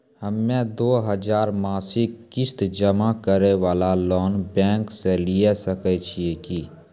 हम्मय दो हजार मासिक किस्त जमा करे वाला लोन बैंक से लिये सकय छियै की?